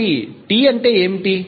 కాబట్టి T అంటే ఏమిటి